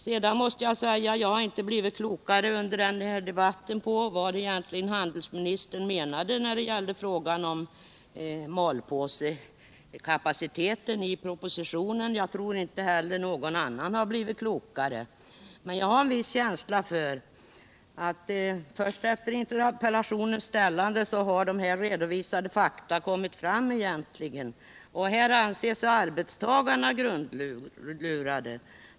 Jag har inte under den här debatten blivit klokare på vad handelsministern egentligen menar i propositionen när det gäller malpåsekapaciteten. Jag tror inte heller att någon annan blivit klokare. Men jag har en känsla av att det är först efter interpellationens framställande som nu redovisade fakta har kommit fram. Arbetstagarna anser sig grundlurade.